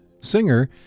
singer